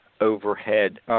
overhead